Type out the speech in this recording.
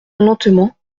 lentement